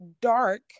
dark